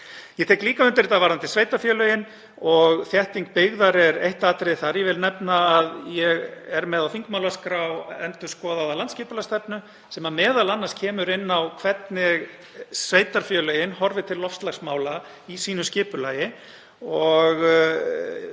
Ég tek líka undir þetta varðandi sveitarfélögin og þétting byggðar er eitt atriði þar. Ég vil nefna að ég er með á þingmálaskrá endurskoðaða landskipulagsstefnu sem m.a. kemur inn á hvernig sveitarfélögin horfa til loftslagsmála í sínu skipulagi og þar